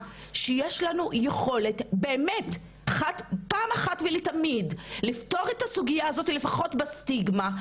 שיש לנו יכולת פעם אחת ולתמיד לפתור את הסוגיה הזאת לפחות בסטיגמה,